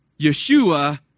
Yeshua